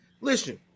Listen